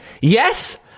Yes